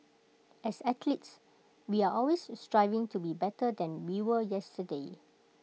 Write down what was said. as athletes we are always striving to be better than we were yesterday